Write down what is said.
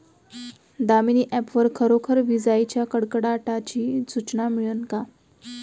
Damini app वर खरोखर विजाइच्या कडकडाटाची सूचना मिळन का?